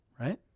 right